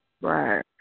right